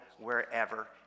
wherever